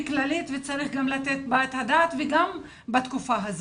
כללית וצריך גם לתת עליה את הדעת וגם בתקופה הזאת.